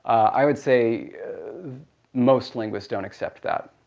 i would say most linguists don't accept that,